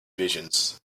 visions